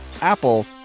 Apple